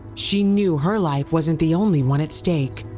she knew her life wasn't the only one at stake.